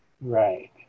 Right